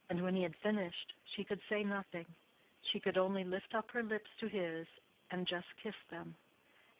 and when he had finished, she could say nothing she could only lift up her lips to his and just kiss them,